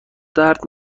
درد